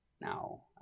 now